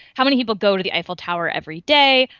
how many people go to the eiffel tower every day?